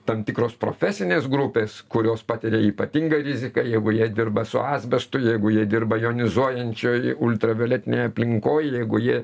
tam tikros profesinės grupės kurios patiria ypatingą riziką jeigu jie dirba su asbestu jeigu jie dirba jonizuojančioj ultravioletinėj aplinkoj jeigu jie